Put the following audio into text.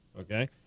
Okay